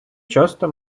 часто